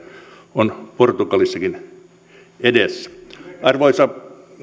on portugalissakin edessä arvoisa